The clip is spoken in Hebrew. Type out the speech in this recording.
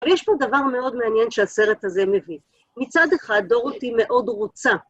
אבל יש פה דבר מאוד מעניין שהסרט הזה מביא. מצד אחד, דורותי מאוד רוצה...